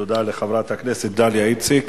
תודה לחברת הכנסת דליה איציק,